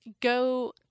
go